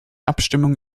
abstimmung